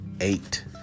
eight